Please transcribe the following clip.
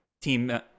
team